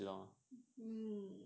hmm